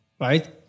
right